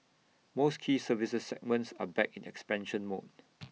most key services segments are back in expansion mode